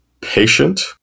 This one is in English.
patient